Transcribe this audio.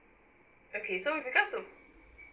okay so with regards to